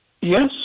Yes